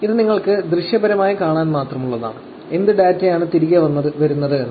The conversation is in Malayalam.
ഇത് നിങ്ങൾക്ക് ദൃശ്യപരമായി കാണാൻ മാത്രമുള്ളതാണ് എന്ത് ഡാറ്റയാണ് തിരികെ വരുന്നത് എന്ന്